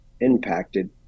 impacted